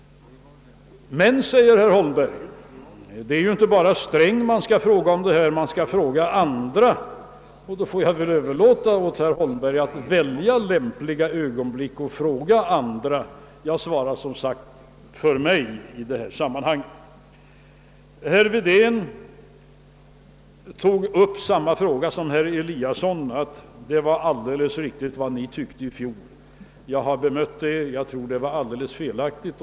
Herr Holmberg säger att man skall fråga inte endast finansministern om detta, utan man skall fråga även andra. Jag får då överlåta åt herr Holmberg att välja lämpliga ögonblick och fråga andra, jag svarar som sagt för mig i detta sammanhang. Herr Wedén tog upp samma fråga som herr Eliasson i Sundborn, nämligen att vad de tyckte i fjol var alldeles riktigt. Som jag tidigare framhållit tror jag däremot att deras åsikt var alldeles felaktig.